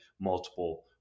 multiple